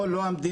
או לא המדינה,